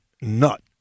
nut